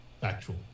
factual